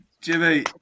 Jimmy